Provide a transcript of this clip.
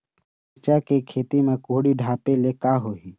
मिरचा के खेती म कुहड़ी ढापे ले का होही?